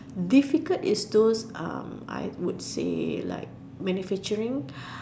difficult is those um I would say like manufacturing